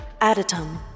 Adatum